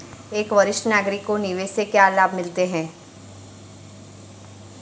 एक वरिष्ठ नागरिक को निवेश से क्या लाभ मिलते हैं?